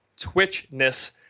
twitchness